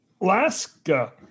Alaska